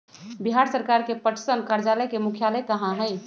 बिहार सरकार के पटसन कार्यालय के मुख्यालय कहाँ हई?